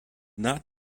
not